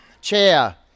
chair